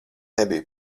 nebiju